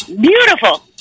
Beautiful